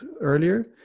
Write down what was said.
earlier